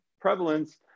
prevalence